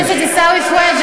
חבר הכנסת עיסאווי פריג',